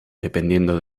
dependiendo